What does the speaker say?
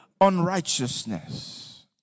Unrighteousness